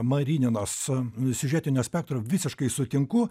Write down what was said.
marininos siužetinio spektro visiškai sutinku